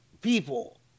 people